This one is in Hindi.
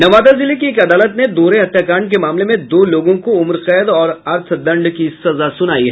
नवादा जिले की एक अदालत ने दोहरे हत्याकांड के मामले में दो लोगों को उम्रकैद और अर्थदंड की सजा सुनायी